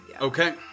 Okay